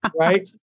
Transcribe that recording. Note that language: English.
Right